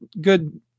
good